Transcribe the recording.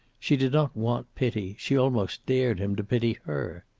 she did not want pity she almost dared him to pity her.